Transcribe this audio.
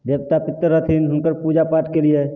देवता पितर रहथिन हुनकर पूजा पाठ केलिए